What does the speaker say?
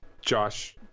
Josh